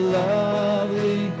lovely